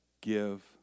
give